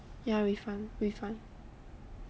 ya refund refund